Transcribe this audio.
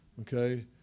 okay